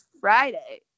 Friday